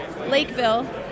Lakeville